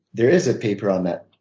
there is a paper on that.